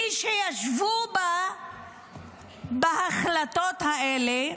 מי שישבו בהחלטות האלה,